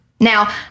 Now